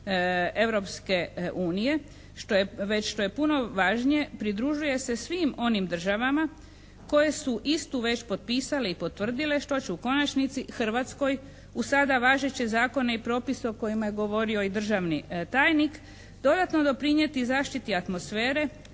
Europske unije, već što je puno važnije, pridružuje se svim onim državama koje su istu već potpisale i potvrdile što će u konačnici Hrvatskoj uz sada važeće zakone i propise o kojima je govorio i državni tajnik dodatno doprinijeti zaštiti atmosfere,